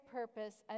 purpose